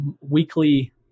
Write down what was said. weekly